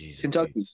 Kentucky